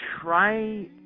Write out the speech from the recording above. try